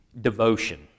devotion